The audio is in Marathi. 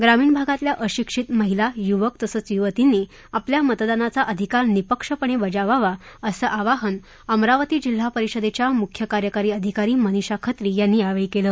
ग्रामीण भागातल्या अशिक्षित महिला युवक तसंच युवतींनी आपला मतदानाचा अधिकार निपक्षपणे बजावावा असं आवाहन अमरावती जिल्हा परिषदेच्या मुख्य कार्यकारी अधिकारी मनिषा खत्री यांनी यावेळी केलं